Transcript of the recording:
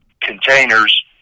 containers